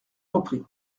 reprit